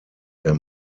der